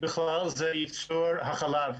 ובכלל זה לייצור החלב.